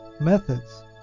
Methods